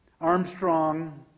Armstrong